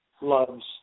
loves